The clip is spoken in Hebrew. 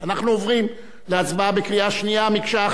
אנחנו עוברים להצבעה בקריאה שנייה, מקשה אחת,